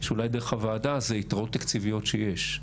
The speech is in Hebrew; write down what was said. אולי דרך הוועדה לגבי יתרות תקציביות שיש.